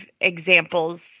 examples